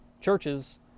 churches